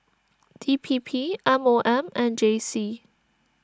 D P P M O M and J C